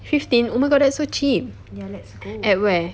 fifteen oh my god that's so cheap at where